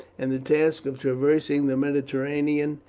and the task of traversing the mediterranean,